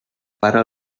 para